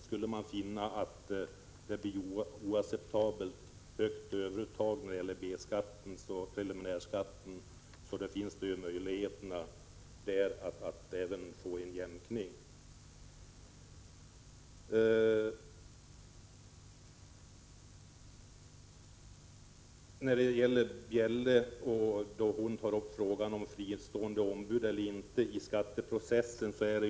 Skulle man finna att överuttaget av preliminär B-skatt blir oacceptabelt stort, finns det möjlighet att få jämkning även i det fallet. Britta Bjelle tog upp frågan om fristående ombud i skatteprocessen.